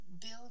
build